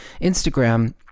Instagram